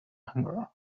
hunger